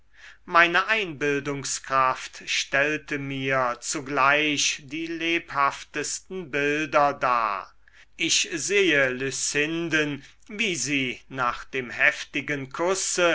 meine einbildungskraft stellte mir zugleich die lebhaftesten bilder dar ich sehe lucinden wie sie nach dem heftigen kusse